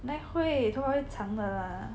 哪里会头发会长的啦